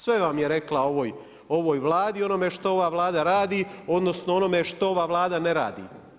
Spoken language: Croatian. Sve vam je rekla o ovoj Vladi i onome što ova Vlada radi, odnosno o onome što ova Vlada ne radi.